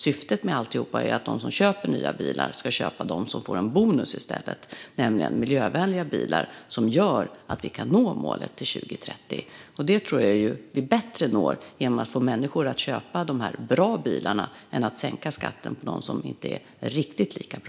Syftet med allt detta är att de som köper nya bilar ska köpa bilar som innebär att de i stället får en bonus, nämligen miljövänliga bilar som gör att vi kan nå målet till 2030. Det tror jag att vi når på ett bättre sätt genom att få människor att köpa de bra bilarna än att sänka skatten på de bilar som inte är riktigt lika bra.